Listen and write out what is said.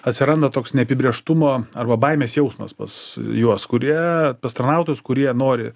atsiranda toks neapibrėžtumo arba baimės jausmas pas juos kurie pas tarnautojus kurie nori